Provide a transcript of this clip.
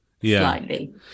slightly